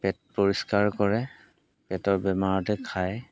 পেট পৰিষ্কাৰ কৰে পেটৰ বেমাৰতে খায়